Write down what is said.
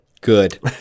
Good